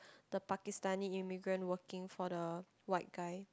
the Pakistani immigrant working for the white guy